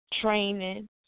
training